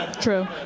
True